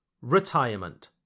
retirement